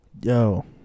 Yo